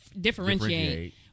Differentiate